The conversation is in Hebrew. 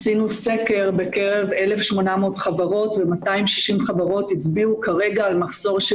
עשינו סקר בקרב 1,800 חברות ו-260 חברות הצביעו כרגע על מחסור של